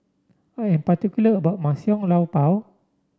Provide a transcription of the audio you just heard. I am particular about my Xiao Long Bao